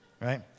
right